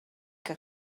que